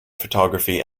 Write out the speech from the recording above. photography